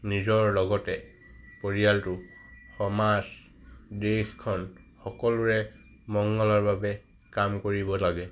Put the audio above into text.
নিজৰ লগতে পৰিয়ালটো সমাজ দেশখন সকলোৰে মংগলৰ বাবে কাম কৰিব লাগে